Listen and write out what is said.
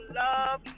love